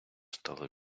стало